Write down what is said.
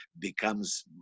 becomes